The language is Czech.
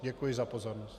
Děkuji za pozornost.